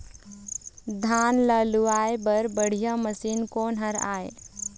धान ला लुआय बर बढ़िया मशीन कोन हर आइ?